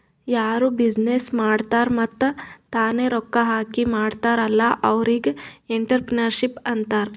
ಯಾರು ಬಿಸಿನ್ನೆಸ್ ಮಾಡ್ತಾರ್ ಮತ್ತ ತಾನೇ ರೊಕ್ಕಾ ಹಾಕಿ ಮಾಡ್ತಾರ್ ಅಲ್ಲಾ ಅವ್ರಿಗ್ ಎಂಟ್ರರ್ಪ್ರಿನರ್ಶಿಪ್ ಅಂತಾರ್